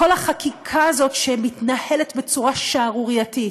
כל החקיקה הזאת, שמתנהלת בצורה שערורייתית,